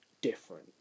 different